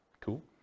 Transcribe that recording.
Cool